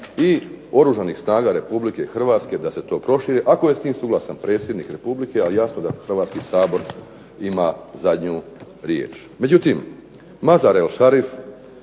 i Oružanih snaga Republike Hrvatske da se to proširi, ako je s tim suglasan predsjednik Republike, ali jasno da Hrvatski sabor ima zadnju riječ. Međutim, Mazar-i-sharif,